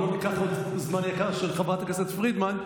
אבל לא ניקח עוד זמן יקר של חברת הכנסת פרידמן.